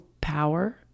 power